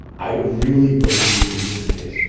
i really believe in this case,